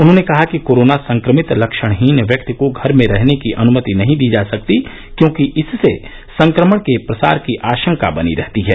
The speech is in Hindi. उन्होंने कहा कि कोरोना संक्रमित लक्षणहीन व्यक्ति को घर में रहने की अनमति नहीं दी जा सकती क्योंकि इससे संक्रमण के प्रसार की आशंका बनी रहती है